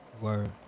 Word